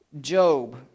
Job